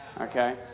okay